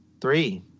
three